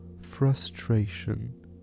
frustration